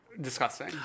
Disgusting